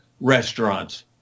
restaurants